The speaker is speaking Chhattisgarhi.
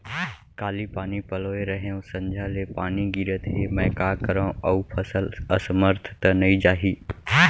काली पानी पलोय रहेंव, संझा ले पानी गिरत हे, मैं का करंव अऊ फसल असमर्थ त नई जाही?